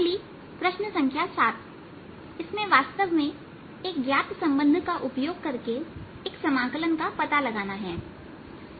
अगली प्रश्न संख्या 7 इसमें वास्तव में एक ज्ञात संबंध का उपयोग एक समाकलन का पता लगाना है